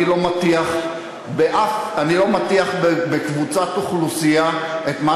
אני לא מטיח באף אני לא מטיח בקבוצת אוכלוסייה את מה